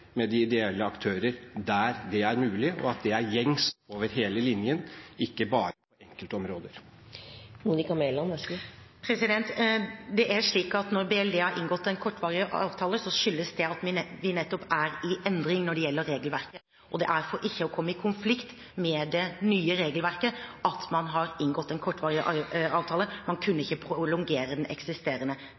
med de ideelle aktører der det er mulig – og at det er gjengs over hele linjen, ikke bare på enkeltområder? Når Barne-, likestillings- og inkluderingsdepartementet har inngått en kortvarig avtale, skyldes det nettopp at vi er i endring når det gjelder regelverket. Det er for ikke å komme i konflikt med det nye regelverket at man har inngått en kortvarig avtale, man kunne dessverre ikke prolongere den eksisterende.